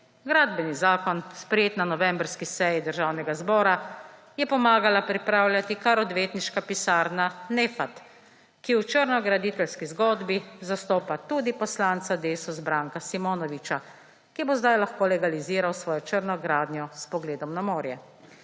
Gradbeni zakon, sprejet na novembrski seji Državnega zbora, je pomagala pripravljati kar odvetniška pisarna Neffat, ki v črnograditeljski zgodbi zastopa tudi poslanca Desusa Branka Simonoviča, ki bo zdaj lahko legaliziral svojo črno gradnjo s pogledom na morje.